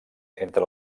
entre